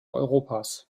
europas